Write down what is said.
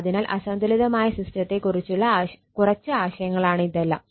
അതിനാൽ അസന്തുലിതമായ സിസ്റ്റത്തെ കുറിച്ചുള്ള കുറച്ച് ആശയങ്ങളാണ് ഇതെല്ലാം